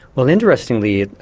well interestingly,